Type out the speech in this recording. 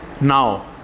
Now